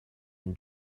این